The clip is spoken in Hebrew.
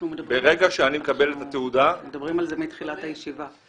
אנחנו מדברים על זה מתחילת הישיבה.